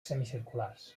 semicirculars